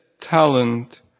talent